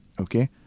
okay